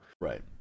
Right